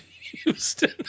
Houston